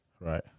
right